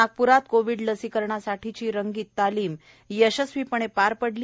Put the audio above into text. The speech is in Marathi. नागप्रात कोविड लसीकरणासाठीची रंगीत तालिम यशस्वीपणे पार पडली